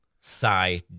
Sigh